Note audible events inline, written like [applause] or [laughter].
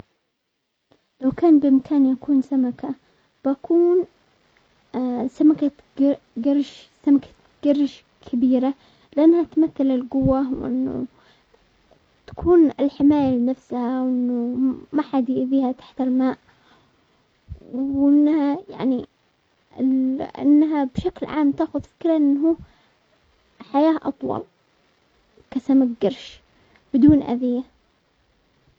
لو كان بامكاني اكون سمكة بكون [hesitation] سمكة قرش-سمكة قرش كبيرة لانها تمثل القوة وانه تكون الحماية لنفسه، ا وانه ما احد يؤذيها تحت الماء، وانها- وانها يعني انها بشكل عام تاخذ فكرة انه حياة اطول كسمك قرش بدون اذية.